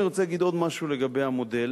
אני רוצה להגיד עוד משהו לגבי המודל,